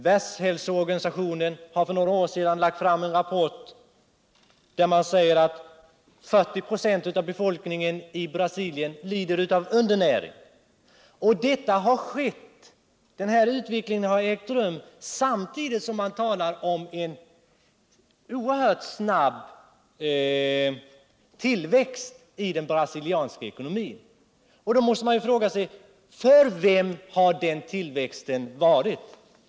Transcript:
Världshälsoorganisationen lade för några år sedan fram en rapport som visade att 40 4 av befolkningen i Brasilien lider av undernäring. Den här utvecklingen har ägt rum samtidigt som man talar om en oerhört snabb tillväxt i den brasilianska ekonomin. Då måste jag fråga: För vem har den här tillväxten skett?